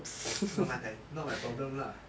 not my tai not my problem lah